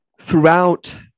throughout